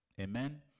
Amen